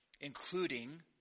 including